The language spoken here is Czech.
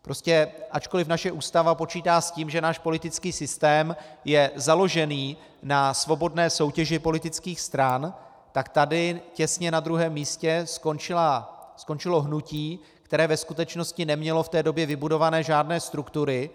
Prostě ačkoliv naše Ústava počítá s tím, že náš politický systém je založený na svobodné soutěži politických stran, tak tady těsně na druhém místě skončilo hnutí, které ve skutečnosti nemělo v té době vybudované žádné struktury.